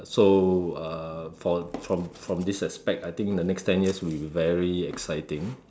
so uh from from from this aspect I think the next ten years will be very exciting